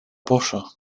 poŝo